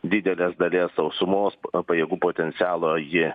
didelės dalies sausumos pajėgų potencialo ji